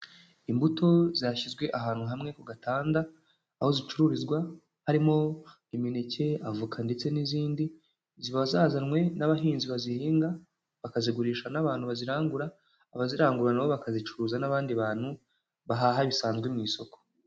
Imbuto zashyizwe ahantu hamwe ku gatanda aho zicururizwa, harimo imineke, avoka ndetse n'izindi, ziba zazanywe n'abahinzi bazihinga bakazigurisha n'abantu bazirangura, abazirangura na bo bakazicuruza n'abandi bantu bahaha bisanzwe mu isoko.